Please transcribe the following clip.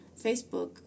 Facebook